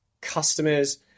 customers